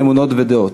אמונות ודעות.